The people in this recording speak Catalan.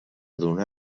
donar